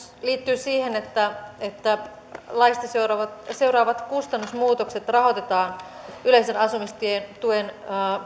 liittyy siihen että että laista seuraavat seuraavat kustannusmuutokset rahoitetaan yleisen asumistuen